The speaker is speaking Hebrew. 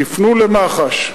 תפנו למח"ש.